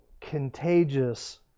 contagious